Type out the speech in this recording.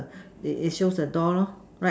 it it shows a door lor right